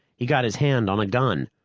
he got his hand on a gun,